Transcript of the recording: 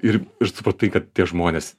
ir ir supratai kad tie žmonės